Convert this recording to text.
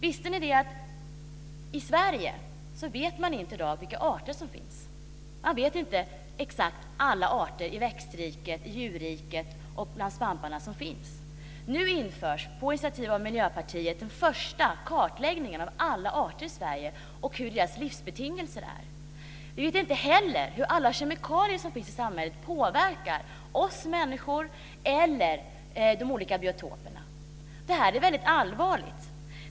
Visste ni att man i dag inte vet vilka arter det finns i Sverige? Man känner inte exakt till alla arter som finns i växtriket, i djurriket och bland svamparna. På initiativ av Miljöpartiet ska man nu genomföra den första kartläggningen av alla arter i Sverige och hur deras livsbetingelser är. Vi vet inte heller hur alla kemikalier som finns i samhället påverkar oss människor eller de olika biotoperna. Det här är väldigt allvarligt.